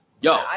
Yo